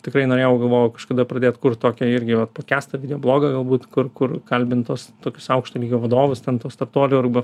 tikrai norėjau galvojau kažkada pradėt kurt tokią irgi vat podkestą viedo blogą galbūt kur kur kalbint tuos tokius aukšto lygio vadovus ten tų startuolių arba